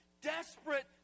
Desperate